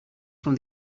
from